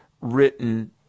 written